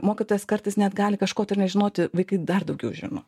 mokytojas kartais net gali kažko nežinoti vaikai dar daugiau žino